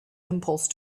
impulse